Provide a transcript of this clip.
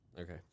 Okay